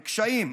לקשיים.